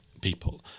people